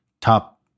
top